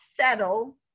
settle